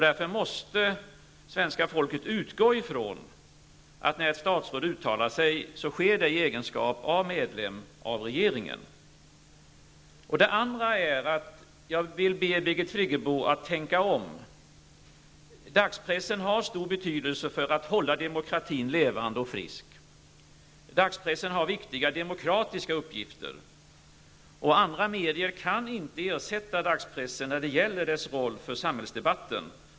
Därför måste svenska folket utgå från att när ett statsråd uttalar sig sker det i egenskap av medlem av regeringen. Det andra är att jag vill be Birgit Friggebo att tänka om. Dagspressen har stor betydelse för att hålla demokratin levande och frisk. Dagspressen har viktiga demokratiska uppgifter. Andra medier kan inte ersätta dagspressen när det gäller dess roll för samhällsdebatten.